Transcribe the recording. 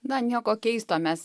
na nieko keisto mes